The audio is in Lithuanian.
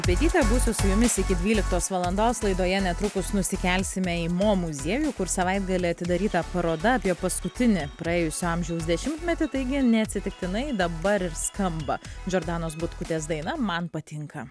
kupetytė būsiu su jumis iki dvyliktos valandos laidoje netrukus nusikelsime į mo muziejų kur savaitgalį atidaryta paroda apie paskutinį praėjusio amžiaus dešimtmetį taigi neatsitiktinai dabar ir skamba džordanos butkutės daina man patinka